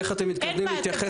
איך אתם מתכוונים להתייחס לשינוע.